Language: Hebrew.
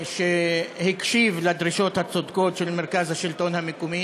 שהקשיב לדרישות הצודקות של מרכז השלטון המקומי.